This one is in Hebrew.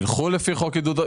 ילכו לפי חוק עידוד,